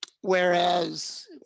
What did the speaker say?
Whereas